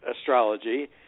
astrology